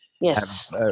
Yes